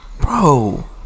Bro